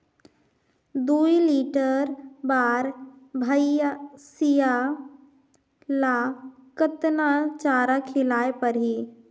दुई लीटर बार भइंसिया ला कतना चारा खिलाय परही?